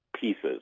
pieces